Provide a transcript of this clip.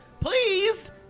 please